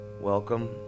welcome